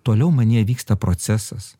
toliau manyje vyksta procesas